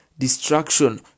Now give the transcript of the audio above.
Destruction